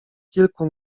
kilku